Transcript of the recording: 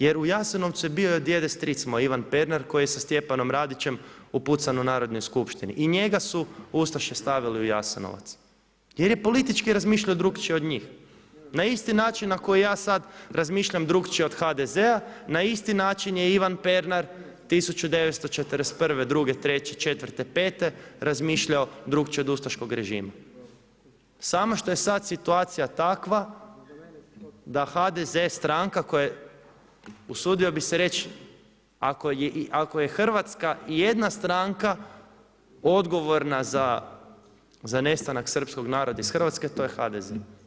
Jer u Jasenovcu je bio od djede stric moj Ivan Pernar koji je sa Stjepanom Radićem upucan u Narodnoj skupštini i njega su ustaše stavili u Jasenovac jer je politički razmišljao drukčije od njih, na isti način na koji ja sada razmišljam drukčije od HDZ-a, na isti način je Ivan Pernar 1941., druge, treće, četvrte, pete razmišljao drukčije od ustaškog režima, samo što je sada situacija takva da HDZ stranka koja usudio bi se reć ako je hrvatska ijedna stranka odgovorna za nestanak Srpskog naroda iz Hrvatske to je HDZ.